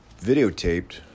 videotaped